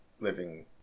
living